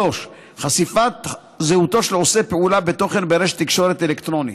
3. חשיפת זהותו של עושה פעולה בתוכן ברשת תקשורת אלקטרונית,